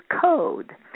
code